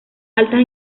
altas